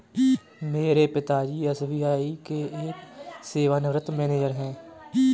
मेरे पिता जी एस.बी.आई के एक सेवानिवृत मैनेजर है